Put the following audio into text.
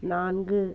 நான்கு